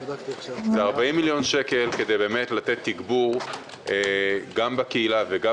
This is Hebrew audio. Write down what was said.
זה 40 מיליון שקל כדי לתת תגבור גם בקהילה וגם